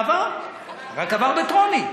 עבר, רק עבר בטרומית.